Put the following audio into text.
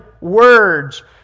words